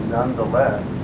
Nonetheless